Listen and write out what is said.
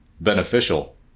beneficial